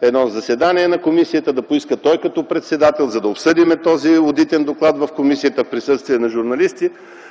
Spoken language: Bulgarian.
едно заседание на комисията, да поиска той, като председател, за да обсъдим този одитен доклад в комисията в присъствието на журналисти.